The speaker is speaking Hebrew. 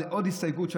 עוד הסתייגות,